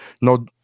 no